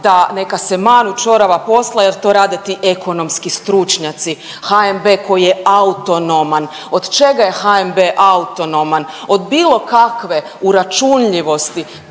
da neka se manu čorava posla jer to rade ti ekonomski stručnjaci, HNB koji je autonoman. Od čega je HNB autonoman? Od bilo kakve uračunljivosti,